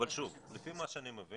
אבל, שוב, לפי מה שאני מבין,